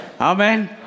Amen